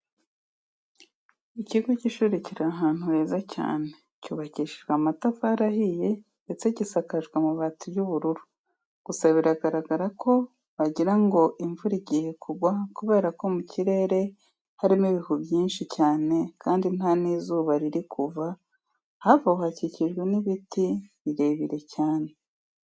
Ikigo cy'ishuri kiri ahantu heza cyane, cyubakishijwe amatafari ahiye ndetse gisakajwe amabati y'ubururu, gusa biragaragara ko wagira ngo imvura igiye kugwa kubera ko mu kirere harimo ibihu byinshi cyane kandi nta n'izuba riri kuva. Hafi aho hakikijwe n'ibiti birebire cyane.